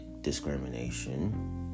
discrimination